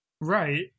Right